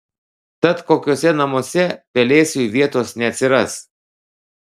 tad kokiuose namuose pelėsiui vietos neatsiras